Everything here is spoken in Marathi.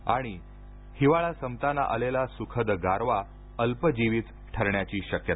आणि हिवाळा संपताना आलेला सुखद गारवा अल्पजीवीच ठरण्याची शक्यता